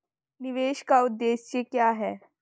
निवेश का उद्देश्य क्या है?